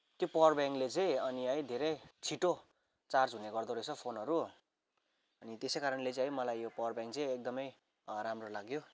त्यो पावर ब्याङ्कले चाहिँ अनि है धेरै छिटो चार्ज हुने गर्दोरहेछ फोनहरू अनि त्यसै कारणले चाहिँ है मलाई यो पावर ब्याङ्क चाहिँ एकदमै राम्रो लाग्यो